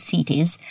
Cities